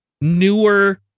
newer